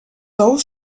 ous